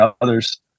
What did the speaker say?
others